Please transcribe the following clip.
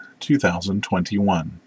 2021